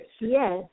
Yes